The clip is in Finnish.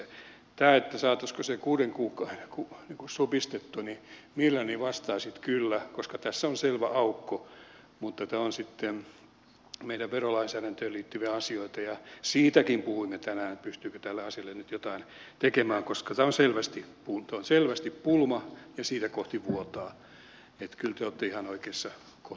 mitä tulee tähän että saataisiinko se kuuden kuukauden sääntö niin kuin supistettua niin mielelläni vastaisin että kyllä koska tässä on selvä aukko mutta tämä on sitten meidän verolainsäädäntöömme liittyviä asioita ja siitäkin puhuimme tänään että pystyykö tälle asialle nyt jotain tekemään koska tämä on selvästi pulma ja siitä kohtaa vuotaa